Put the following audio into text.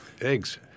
Eggs